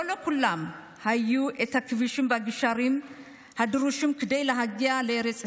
לא לכולם היו הכבישים והגשרים הדרושים כדי להגיע לארץ ישראל,